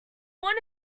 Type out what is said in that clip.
want